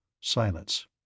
Silence